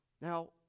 Now